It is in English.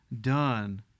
done